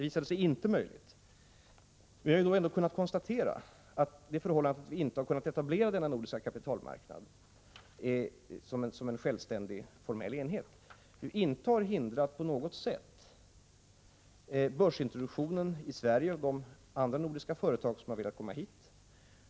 Visar det sig inte möjligt, bör vi ändå kunna konstatera att det förhållandet att vi inte kunnat etablera denna nordiska kapitalmarknad som en självständig formell enhet inte på något sätt har hindrat börsintroduktionen i Sverige av de nordiska företag som har velat komma hit.